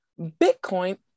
Bitcoin